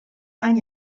ein